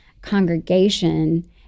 congregation